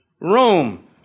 Rome